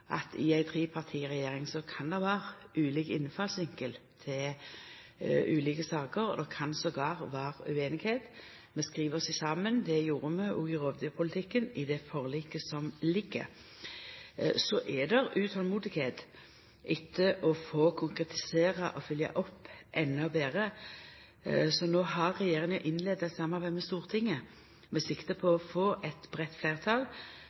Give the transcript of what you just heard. Det kan til og med vera usemje. Vi skriv oss saman. Det gjorde vi òg i rovdyrpolitikken i det forliket som ligg føre. Så er det utolmod etter å konkretisera og følgja opp endå betre, så no har regjeringa innleidd eit samarbeid med Stortinget med sikte på å få eit breitt fleirtal